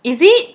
is it